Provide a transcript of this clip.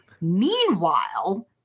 Meanwhile